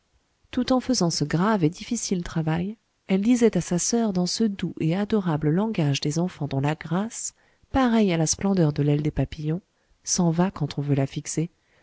tout en faisant ce grave et difficile travail elle disait à sa soeur dans ce doux et adorable langage des enfants dont la grâce pareille à la splendeur de l'aile des papillons s'en va quand on veut la fixer